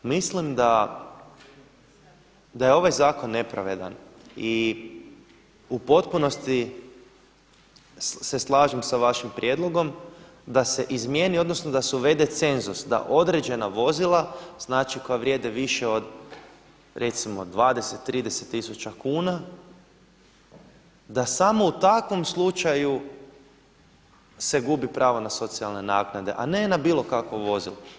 Mislim da je ovaj zakon nepravedan i u potpunosti se slažem sa vašim prijedlogom da se izmijeni odnosno da se uvede cenzus da određena vozila koja vrijede više od recimo 20, 30 tisuća kuna da samo u takvom slučaju se gubi pravo na socijalne naknade, a ne na bilo kakvo vozilo.